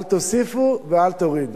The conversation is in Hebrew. אל תוסיפו ואל תורידו.